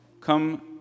come